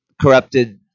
corrupted